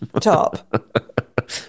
Top